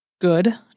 good